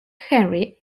henry